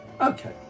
Okay